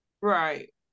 right